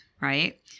right